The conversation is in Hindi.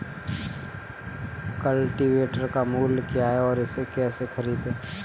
कल्टीवेटर का मूल्य क्या है और इसे कैसे खरीदें?